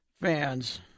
fans